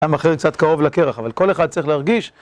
העם האחר קצת קרוב לקרח, אבל כל אחד צריך להרגיש.